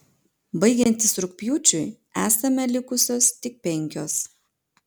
baigiantis rugpjūčiui esame likusios tik penkios